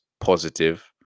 positive